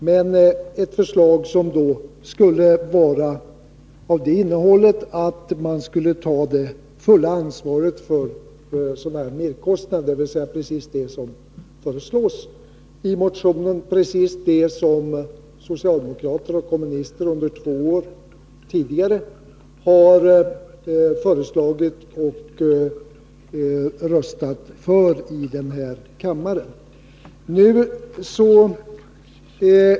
Men förslaget skulle då ha det innehållet att staten skulle ta det fulla ansvaret för merkostnaderna, dvs. precis det som föreslås i motionen och precis det som socialdemokrater och kommunister under två år tidigare har föreslagit och röstat för i denna kammare.